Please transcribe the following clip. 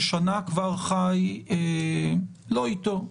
שכבר שנה חי לא אתו,